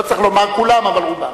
לא צריך לומר כולם, אבל רובם.